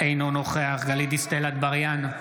אינו נוכח גלית דיסטל אטבריאן,